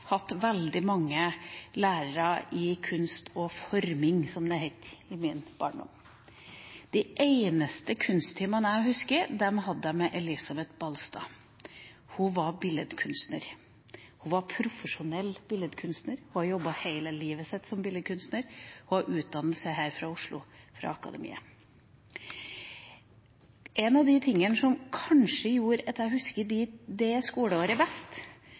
det het i min barndom. De eneste kunsttimene som jeg husker, hadde jeg med Elisabeth Balstad. Hun er profesjonell billedkunstner og har jobbet hele livet sitt som billedkunstner med utdannelse fra akademiet her i Oslo. En av de tingene som kanskje gjorde at jeg husker det skoleåret best,